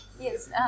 Yes